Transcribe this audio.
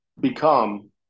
become